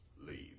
Leave